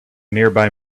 nearby